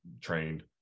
trained